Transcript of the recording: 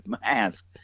mask